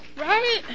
Right